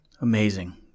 Amazing